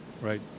Right